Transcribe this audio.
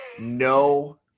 no